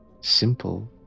simple